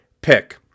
pick